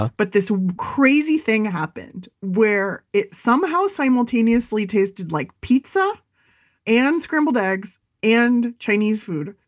ah but this crazy thing happened where it somehow simultaneously tasted like pizza and scrambled eggs and chinese food,